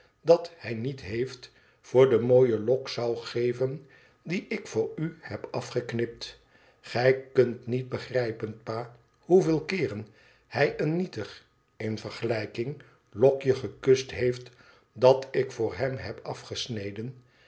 dat hij niet heeft voor de mooie lok zou geven die ik voor u heb afgeknipt gij kunt niet begrijpen pa hoeveel keeren hij een nietig in vergelijking lok je gekust beeft dat ik voor hem heb afgesneden